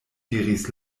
diris